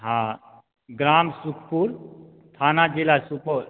हँ ग्राम सुखपुर थाना जिला सुपौल